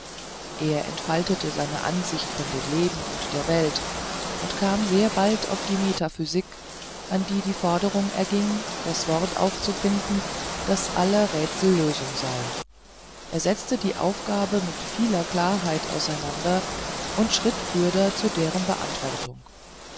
er entfaltete seine ansichten von dem leben und der welt und kam sehr bald auf die metaphysik an die die forderung erging das wort aufzufinden das aller rätsel lösung sei er setzte die aufgabe mit vieler klarheit aus einander und schritt fürder zu deren beantwortung